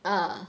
ah